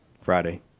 Friday